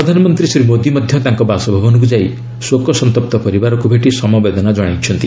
ପ୍ରଧାନମନ୍ତ୍ରୀ ଶ୍ରୀ ମୋଦି ମଧ୍ୟ ତାଙ୍କ ବାସଭବନକୁ ଯାଇ ଶୋକ ସନ୍ତପ୍ତ ପରିବାରକୁ ଭେଟି ସମବେଦନା ଜଣାଇଛନ୍ତି